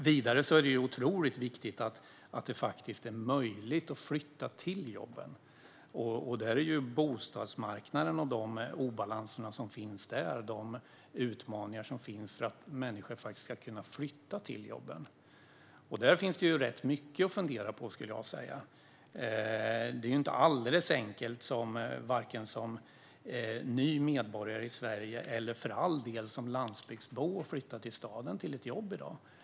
Vidare är det otroligt viktigt att det är möjligt att flytta till jobben. Bostadsmarknaden och de obalanser som finns där är de utmaningar som finns för att människor ska kunna flytta till jobben. Det finns rätt mycket att fundera på där, skulle jag vilja säga. Det är inte alldeles enkelt vare sig som ny medborgare i Sverige eller, för all del, som landsbygdsbo att flytta till staden och till ett jobb i dag.